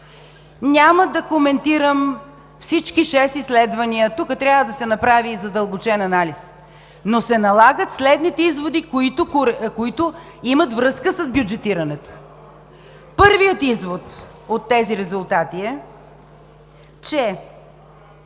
Няма да коментирам всичките шест изследвания, тук трябва да се направи и задълбочен анализ, но се налагат следните изводи, които имат връзка с бюджетирането. Първият извод от тези резултати е, че